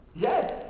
Yes